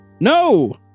No